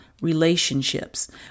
relationships